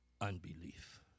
unbelief